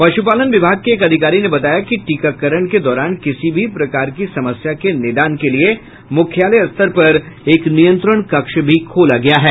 पश्रपालन विभाग के एक अधिकारी ने बताया कि टीकाकरण के दौरान किसी भी प्रकार की समस्या के निदान के लिए मुख्यालय स्तर पर एक नियंत्रण कक्ष भी खोला गया है